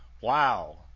Wow